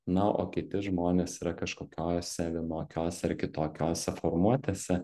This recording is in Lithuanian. na o kiti žmonės yra kažkokiose vienokiose ar kitokiose formuotėse